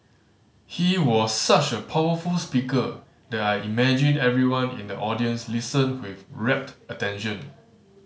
he was such a powerful speaker that I imagine everyone in the audience listened with rapt attention